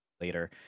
later